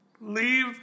Leave